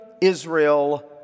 Israel